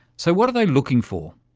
so, what are they looking for?